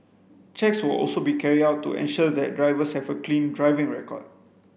checks will also be carried out to ensure that drivers have a clean driving record